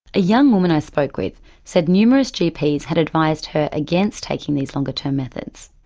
a young woman i spoke with said numerous gps had advised her against taking these longer term methods.